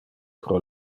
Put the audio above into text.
pro